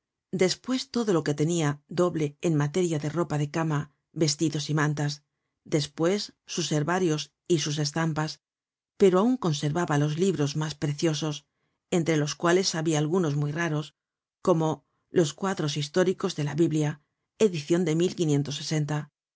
despues todo lo que tenia doble en materia de ropa de cama vestidos y mantas despues sus herbarios y sus estampas pero aun conservaba los libros mas preciosos entre los cuales habia algunos muy raros como los cuadros históricos de la biblia edicion de